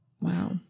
wow